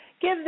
Give